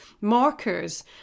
markers